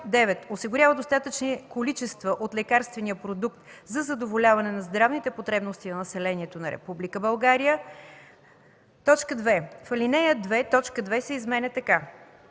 осигурява достатъчни количества от лекарствения продукт за задоволяване на здравните потребности на населението на Република България.” 2.